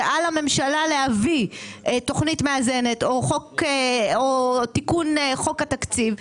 שעל הממשלה להביא תוכנית מאזנת או תיקון חוק התקציב.